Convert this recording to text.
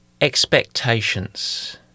expectations